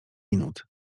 minut